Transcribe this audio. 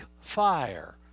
fire